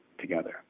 together